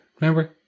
Remember